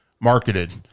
marketed